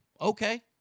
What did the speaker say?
Okay